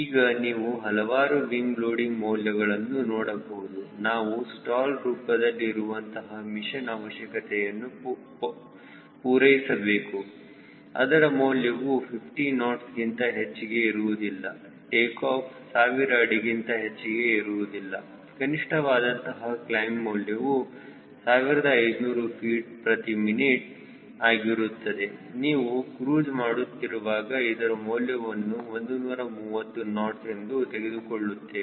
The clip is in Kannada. ಈಗ ನೀವು ಹಲವಾರು ವಿಂಗ್ ಲೋಡಿಂಗ್ ಮೌಲ್ಯಗಳನ್ನು ನೋಡಬಹುದು ನಾವು ಸ್ಟಾಲ್ ರೂಪದಲ್ಲಿ ಇರುವಂತಹ ಮಿಷನ್ ಅವಶ್ಯಕತೆಯನ್ನು ಪೂರೈಸಬೇಕು ಅದರ ಮೌಲ್ಯವು 50 ನಾಟ್ಸ್ ಗಿಂತ ಹೆಚ್ಚಿಗೆ ಇರುವುದಿಲ್ಲ ಟೇಕಾಫ್ 1000 ಅಡಿಗಿಂತ ಹೆಚ್ಚಿಗೆ ಇರುವುದಿಲ್ಲ ಕನಿಷ್ಠ ವಾದಂತಹ ಕ್ಲೈಮ್ ಮೌಲ್ಯವು 1500 ftmin ಆಗಿರುತ್ತದೆ ನೀವು ಕ್ರೂಜ್ ಮಾಡುತ್ತಿರುವಾಗ ಇದರ ಮೌಲ್ಯವನ್ನು 130 ನಾಟ್ಸ್ ಎಂದು ತೆಗೆದುಕೊಳ್ಳುತ್ತೇವೆ